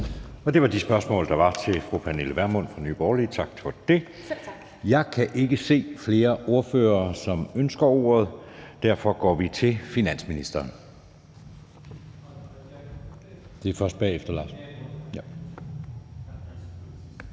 Det var de spørgsmål, der var til fru Pernille Vermund fra Nye Borgerlige. Tak for det. Jeg kan ikke se flere ordførere, som ønsker ordet, og derfor går vi videre til finansministeren. Kl. 16:35 Finansministeren